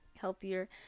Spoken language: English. healthier